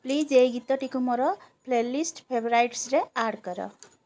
please ଏହି ଗୀତଟିକୁ ମୋର ପ୍ଲେ ଲିଷ୍ଟ୍ ଫେଭରାଇଟ୍ସ୍ରେ ଆଡ଼୍ କର